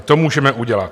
To můžeme udělat.